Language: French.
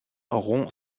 rompt